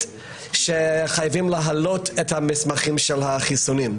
שחייבים להעלות את המסמכים של החיסונים,